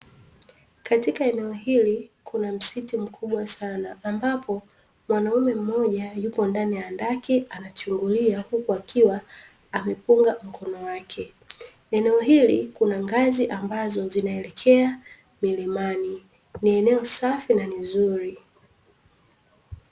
Katika eneo hili kuna msitu mkubwa sana, ambapo mwanaume mmoja yupo ndani ya handaki anachungulia, huku akiwa amepunga mkono wake. Eneo hili kuna ngazi ambazo zinaelekea milimani ni eneo safi na ni zuri.